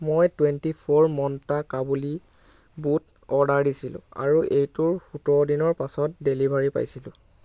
মই twenty four মন্তা কাবুলী বুট অৰ্ডাৰ দিছিলোঁ আৰু এইটোৰ সোতৰ দিনৰ পাছত ডেলিভাৰী পাইছিলোঁ